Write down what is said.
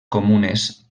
comunes